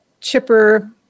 chipper